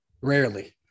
rarely